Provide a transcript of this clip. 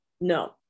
No